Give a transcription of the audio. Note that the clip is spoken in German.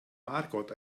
margot